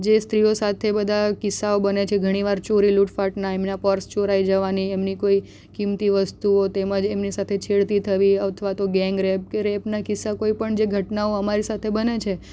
જે સ્ત્રીઓ સાથે બધા કિસ્સાઓ બને છે ઘણી વાર ચોરી લૂંટફાટના એમના પર્સ ચોરાઈ જવાની એમની કોઈ કીંમતી વસ્તુઓ તેમજ એમની સાથે છેડતી થવી અથવા તો ગેંગ કે રેપ રેપના કિસ્સા કોઈપણ જે ઘટનાઓ અમારી સાથે બને છે